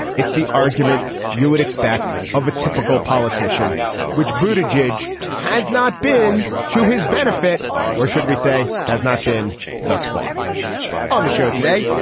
it's the argument you would expect of a typical politician which bruited jej has not been to his benefit or should we say has not been thus far on the show today.